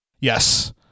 Yes